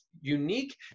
unique